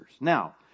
Now